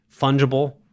fungible